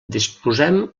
disposem